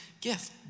gift